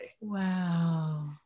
Wow